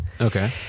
Okay